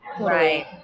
Right